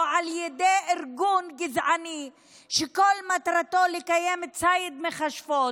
על ידי ארגון גזעני שכל מטרתו לקיים ציד מכשפות,